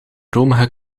romige